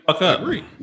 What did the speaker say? agree